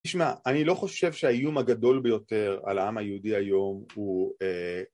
תשמע, אני לא חושב שהאיום הגדול ביותר על העם היהודי היום הוא